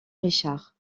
richard